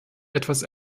etwas